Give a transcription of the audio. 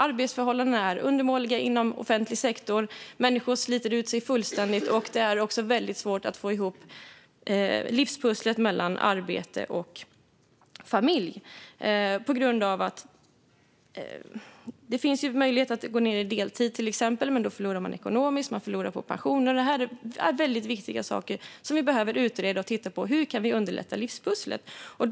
Arbetsförhållandena inom offentlig sektor är undermåliga. Människor sliter ut sig fullständigt. Och det är svårt att få ihop livspusslet med arbete och familj. Det finns till exempel möjlighet att gå ned i arbetstid. Men det förlorar man på ekonomiskt, och man förlorar pension. Det är viktiga saker som vi behöver utreda och titta på för att se hur vi kan underlätta för att man ska få ihop livspusslet.